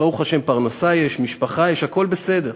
ברוך השם, פרנסה יש, משפחה יש, הכול בסדר.